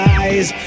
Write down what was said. eyes